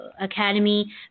academy